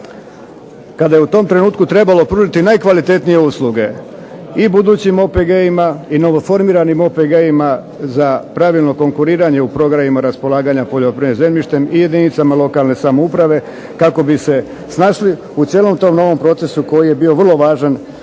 kada je u tom trenutku trebalo pružiti najkvalitetnije usluge i budućim OPG-ima i novo formiranim OPG-ima za pravilno konkuriranje u programima raspolaganja poljoprivrednim zemljištem i jedinicama lokalne samouprave kako bi se snašli u cijelom tom novom procesu koji je bio vrlo važan,